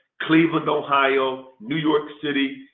cleveland ohio, new york city,